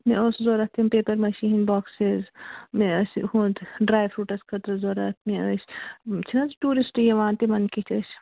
مےٚ اوس ضوٚرَتھ تِم پیٚپَر مٲشی ہِنٛدۍ بۄکسِز مےٚ ٲسۍ ڈرٛاے فرٛوٗٹَس خٲطرٕ ضوٚرَتھ مےٚ ٲسۍ چھِنَہ حظ ٹوٗرِسٹ یِوان تِمَن کِتھۍ ٲسۍ